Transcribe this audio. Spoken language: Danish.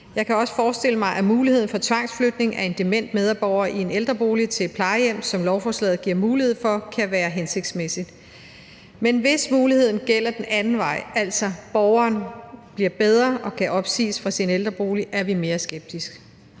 Jeg kan også forestille mig, at muligheden for tvangsflytning af en dement medborger i en ældrebolig til et plejehjem, hvad lovforslaget giver mulighed for, kan være hensigtsmæssig, men hvis muligheden gælder den anden vej, altså at borgeren bliver bedre og kan opsiges fra sin ældrebolig, er vi mere skeptiske.